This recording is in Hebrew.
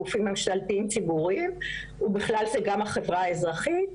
גופים ממשלתיים ציבוריים ובכלל זה גם החברה האזרחית.